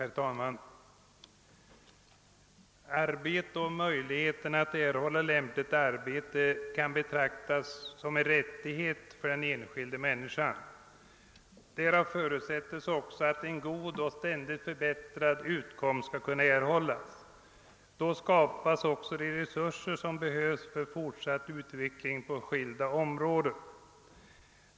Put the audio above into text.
Herr talman! Möjligheten att erhålla lämpligt arbete kan betraktas som en rättighet för den enskilda människan. Detta förutsätter också att en god och ständigt förbättrad utkomst skall kunna erhållas. Då skapas också de resurser som behövs för fortsatt utveckling på skilda områden.